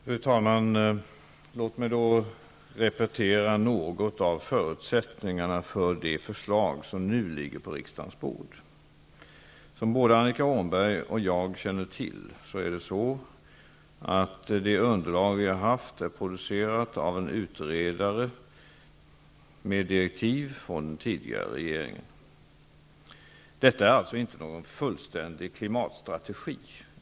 Fru talman! Låt mig repetera förutsättningarna för det förslag som nu ligger på riksdagens bord. Som både Annika Åhnberg och jag känner till är det underlag som vi har haft till vårt förfogande producerat av en utredare med direktiv från den tidigare regeringen. Det är alltså inte fråga om en fullständig klimatstrategi.